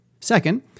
Second